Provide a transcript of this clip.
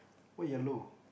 what yellow